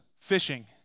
fishing